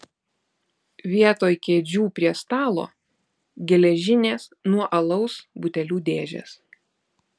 vietoj kėdžių prie stalo geležinės nuo alaus butelių dėžės